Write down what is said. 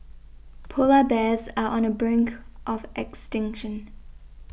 Polar Bears are on the brink of extinction